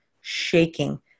shaking